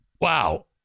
wow